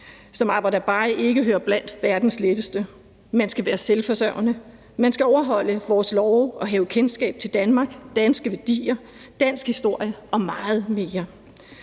som aber dabei ikke er blandt verdens letteste. Man skal være selvforsørgende. Man skal overholde vores love og have kendskab til Danmark, danske værdier, dansk historie og meget mere.